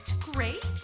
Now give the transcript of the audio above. great